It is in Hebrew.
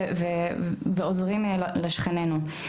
תורמים ועוזרים לשכנינו.